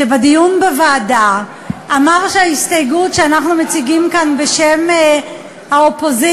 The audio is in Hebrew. שבדיון בוועדה אמר שההסתייגות שאנחנו מציגים כאן בשם האופוזיציה,